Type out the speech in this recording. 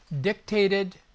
dictated